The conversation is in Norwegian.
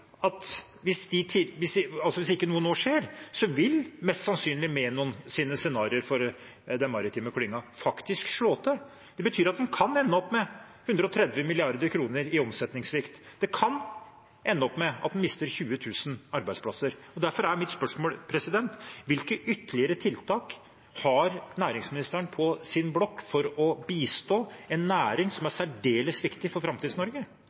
at hvis ikke noe nå skjer, vil mest sannsynlig Menons scenarioer for den maritime klyngen faktisk slå til. Det betyr at en kan ende opp med 130 mrd. kr i omsetningssvikt. Det kan ende opp med at en mister 20 000 arbeidsplasser. Derfor er mitt spørsmål: Hvilke ytterligere tiltak har næringsministeren på sin blokk for å bistå en næring som er særdeles viktig for